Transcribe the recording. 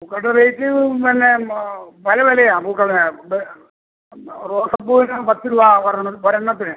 പൂക്കളുടെ റേറ്റ് പിന്നെ പല വിലയാ പൂക്കളിന് ഇത് എന്നാ റോസപ്പൂവിന് പത്ത് രൂപ ഒരെണ്ണം ഒരെണ്ണത്തിന്